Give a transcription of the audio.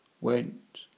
went